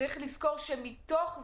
צריך לזכור שמתוך זה,